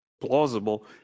plausible